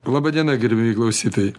laba diena gerbiamieji klausytojai